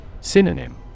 Synonym